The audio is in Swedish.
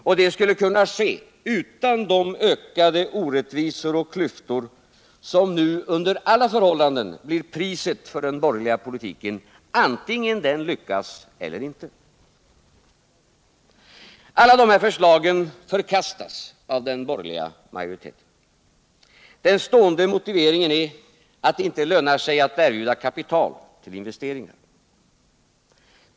Och det skulle kunna ske utan de ökade orättvisor och klyftor som nu under alla förhållanden blir priset för den borgerliga politiken, vare sig den lyckas eller inte. Alla de här förslagen förkastas av den borgerliga majoriteten. Den stående motiveringen är att det inte lönar sig att erbjuda kapital till investeringar.